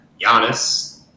Giannis